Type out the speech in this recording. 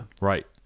Right